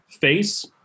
Face